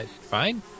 Fine